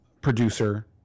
producer